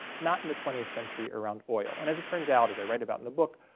not in the twentieth century around oil. and as it turns out, as i write about in the book,